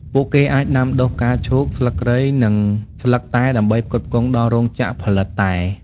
ពួកគេអាចដាំដុះផ្កាឈូក ស្លឹកគ្រៃ និងស្លឹកតែដើម្បីផ្គត់ផ្គង់ដល់រោងចក្រផលិតតែ។